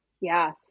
Yes